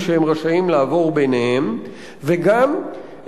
שהם רשאים לעבור ביניהם וגם